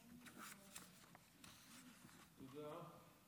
תודה.